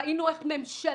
ראינו איך ממשלה,